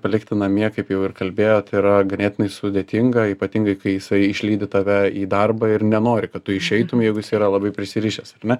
palikti namie kaip jau ir kalbėjot yra ganėtinai sudėtinga ypatingai kai jisai išlydi tave į darbą ir nenori kad tu išeitum jeigu jisai yra labai prisirišęs ar ne